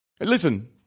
Listen